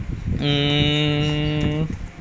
um